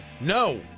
No